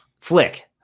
Flick